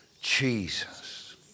Jesus